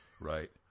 Right